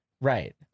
right